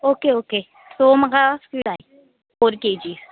okay okay so म्हाका skids जाय four KG